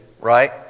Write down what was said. Right